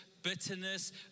bitterness